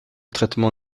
traitement